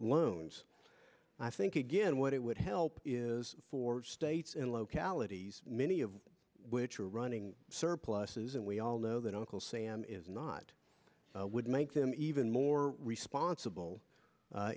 loans i think again what it would help is for states and localities many of which are running surpluses and we all know that uncle sam is not would make them even more responsible